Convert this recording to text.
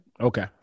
Okay